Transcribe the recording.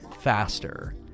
faster